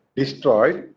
destroyed